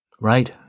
Right